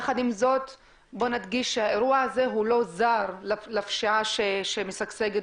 יחד עם זאת נדגיש שהאירוע הזה לא זר לפשיעה שמשגשגת